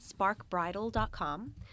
sparkbridal.com